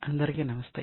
అందరికీ నమస్తే